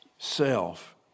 self